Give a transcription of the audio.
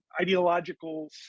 ideological